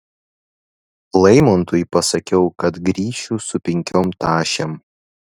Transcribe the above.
laimontui pasakiau kad grįšiu su penkiom tašėm